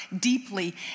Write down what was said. deeply